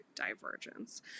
Divergence